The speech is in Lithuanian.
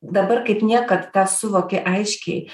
dabar kaip niekad tą suvoki aiškiai